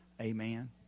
Amen